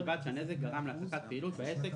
ובלבד שהנזק גרם להפסקת פעילות בעסק